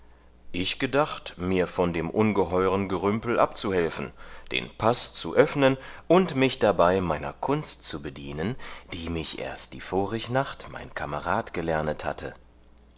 ich gedacht mir von dem ungeheuren gerümpel abzuhelfen den paß zu öffnen und mich dabei meiner kunst zu bedienen die mich erst die vorig nacht mein kamerad gelernet hatte